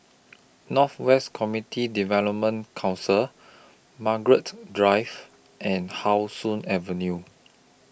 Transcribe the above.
North West Community Development Council Margaret Drive and How Sun Avenue